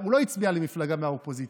הוא לא הצביע למפלגה מהאופוזיציה,